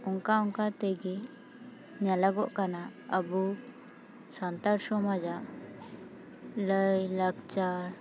ᱚᱱᱠᱟ ᱚᱱᱠᱟ ᱛᱮᱜᱮ ᱧᱮᱞᱚᱜᱚᱜ ᱠᱟᱱᱟ ᱟᱵᱚ ᱥᱟᱱᱛᱟᱲ ᱥᱚᱢᱟᱡᱽᱼᱟᱜ ᱞᱟᱭᱼᱞᱟᱠᱪᱟᱨ